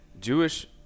Jewish